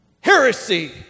Heresy